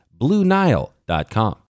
BlueNile.com